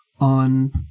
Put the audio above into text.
on